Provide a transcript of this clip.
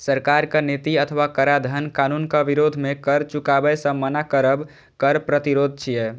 सरकारक नीति अथवा कराधान कानूनक विरोध मे कर चुकाबै सं मना करब कर प्रतिरोध छियै